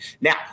Now